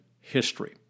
history